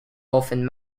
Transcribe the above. often